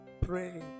Pray